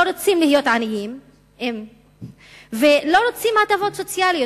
לא רוצים להיות עניים ולא רוצים הטבות סוציאליות.